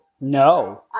No